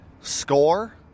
score